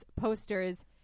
posters